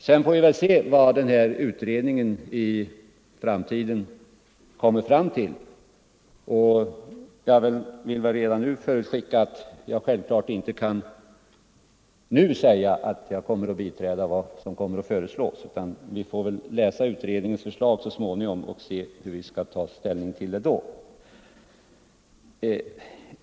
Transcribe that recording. Sedan får vi väl se vad den en gång kommer fram till. Självfallet kan jag inte redan nu säga att jag kommer att biträda vad som kommer att föreslås. Vi får läsa utredningens förslag så småningom och se hur vi skall ta ställning till det då.